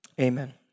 Amen